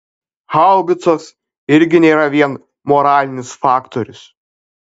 haubicos irgi nėra vien moralinis faktorius